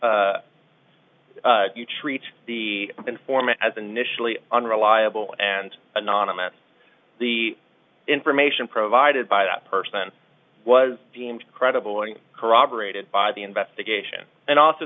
you treat the informant as initially unreliable and anonymous the information provided by that person was deemed credible and corroborated by the investigation and also